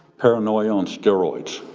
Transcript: paranoia on steroids.